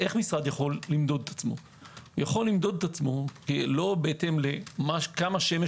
יכול משרד למדוד עצמו לא בהתאם לכמה שמש